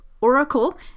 Oracle